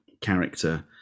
character